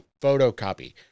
photocopy